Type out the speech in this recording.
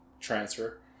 transfer